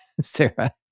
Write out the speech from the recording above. Sarah